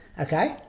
Okay